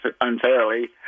unfairly